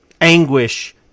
anguish